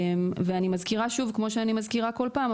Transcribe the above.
ואני שוב כמו שאני מזכירה בכל פעם,